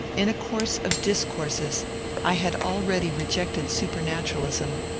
in a course of discourses i had already rejected supernaturalism,